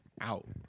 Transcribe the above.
out